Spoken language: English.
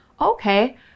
Okay